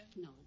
No